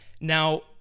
Now